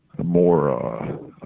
more